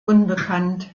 unbekannt